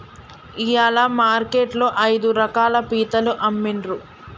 ఇయాల మార్కెట్ లో ఐదు రకాల పీతలు అమ్మిన్రు